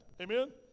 Amen